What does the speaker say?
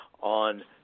on